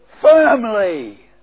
firmly